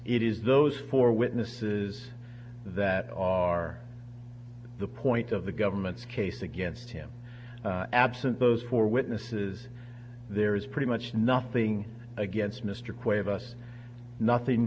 it is those four witnesses that are the point of the government's case against him absent those four witnesses there is pretty much nothing against